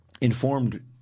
informed